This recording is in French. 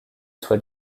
soit